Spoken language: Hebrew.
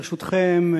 ברשותכם,